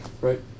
Right